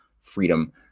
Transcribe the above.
freedom